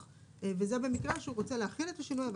וזה במקרה שהוא רוצה להחיל את השינוי,